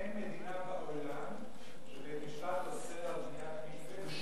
אין מדינה בעולם שבית-משפט שלה אוסר על בניית מקווה,